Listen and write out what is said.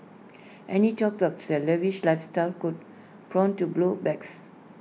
any talk of lavish lifestyle could prone to blow backs